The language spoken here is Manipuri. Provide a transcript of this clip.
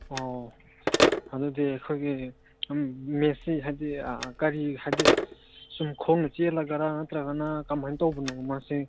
ꯑꯣ ꯑꯗꯨꯗꯤ ꯑꯩꯈꯣꯏꯒꯤ ꯎꯝ ꯃꯦꯠꯁꯁꯤ ꯍꯥꯏꯕꯗꯤ ꯀꯔꯤ ꯍꯥꯏꯕꯗꯤ ꯁꯨꯝ ꯈꯣꯡꯅ ꯆꯦꯜꯂꯒꯔꯥ ꯅꯠꯇ꯭ꯔꯒꯅ ꯀꯃꯥꯏ ꯇꯧꯕꯅꯣ ꯃꯥꯁꯦ